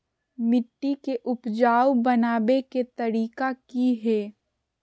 मिट्टी के उपजाऊ बनबे के तरिका की हेय?